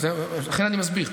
לכן אני מסביר.